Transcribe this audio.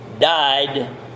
died